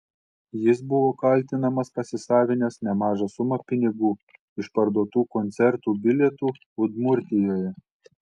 jis buvo kaltinamas pasisavinęs nemažą sumą pinigų iš parduotų koncertų bilietų udmurtijoje